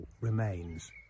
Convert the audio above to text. remains